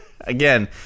Again